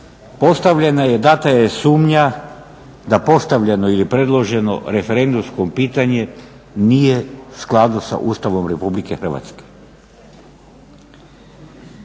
postavljena je, data je sumnja da postavljeno ili predloženo referendumsko pitanje nije u skladu sa Ustavom Republike Hrvatske.